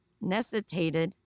necessitated